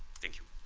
thank you